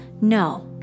no